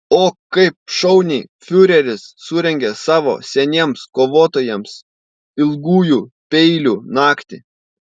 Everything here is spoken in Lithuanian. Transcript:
o kaip šauniai fiureris surengė savo seniems kovotojams ilgųjų peilių naktį